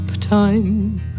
time